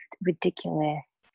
ridiculous